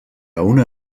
una